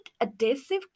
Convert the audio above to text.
adhesive